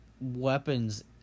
weapons